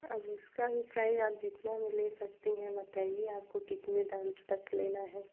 अब उसका भी प्राइस आप जितना में ले सकती है बताइए आप आपको कितने दाम तक लेना है